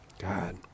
God